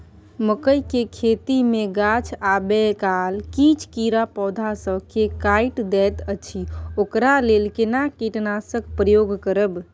मकई के खेती मे गाछ आबै काल किछ कीरा पौधा स के काइट दैत अछि ओकरा लेल केना कीटनासक प्रयोग करब?